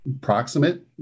proximate